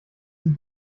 die